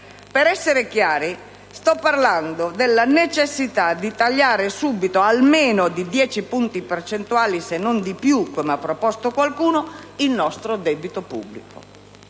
Per essere chiari, sto parlando della necessità di tagliare subito almeno di dieci punti percentuali, se non di più, come ha proposto qualcuno, il nostro debito pubblico.